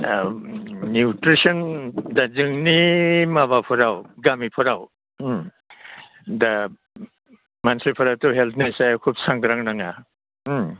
औ निउट्रिसन दा जोंनि माबाफोराव गामिफोराव दा मानसिफोराथ' हेल्थनि सायाव खोब सांग्रां नङा